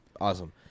awesome